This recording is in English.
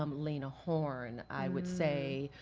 um layla horn, i would say,